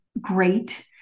great